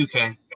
UK